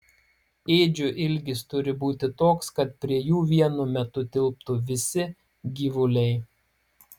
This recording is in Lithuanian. ėdžių ilgis turi būti toks kad prie jų vienu metu tilptų visi gyvuliai